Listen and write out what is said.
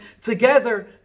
together